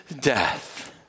death